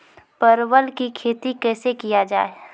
परवल की खेती कैसे किया जाय?